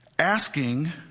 Asking